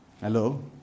hello